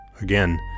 Again